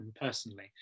personally